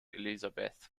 elisabeth